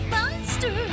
Monster